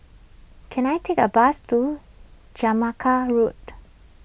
can I take a bus to Jamaica Road